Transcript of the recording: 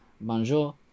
bonjour